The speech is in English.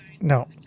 No